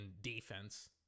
defense